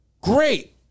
great